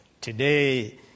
Today